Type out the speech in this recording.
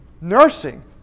Nursing